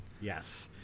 Yes